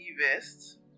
vest